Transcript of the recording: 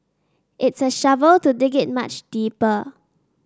it's a shovel to dig it much deeper